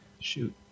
Shoot